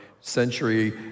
century